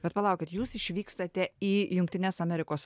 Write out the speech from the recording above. bet palaukit jūs išvykstate į jungtines amerikos